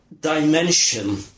dimension